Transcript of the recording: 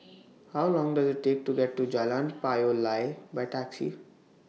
How Long Does IT Take to get to Jalan Payoh Lai By Taxi